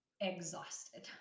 exhausted